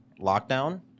lockdown